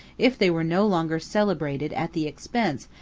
if they were no longer celebrated at the expense,